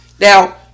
Now